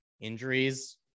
Injuries